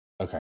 Okay